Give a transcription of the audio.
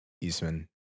Eastman